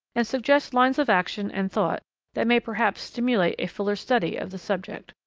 and suggest lines of action and thought that may perhaps stimulate a fuller study of the subject.